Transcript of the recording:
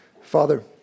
Father